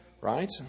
Right